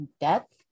depth